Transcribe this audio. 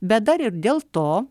bet dar ir dėl to